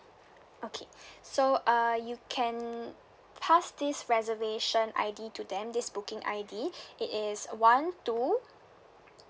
okay so uh you can pass this reservation I_D to them this booking I_D it is one two